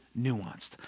nuanced